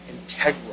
integral